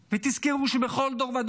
ותזכרו שבכל דור ודור